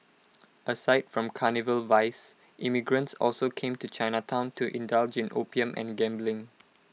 aside from carnal vice immigrants also came to Chinatown to indulge in opium and gambling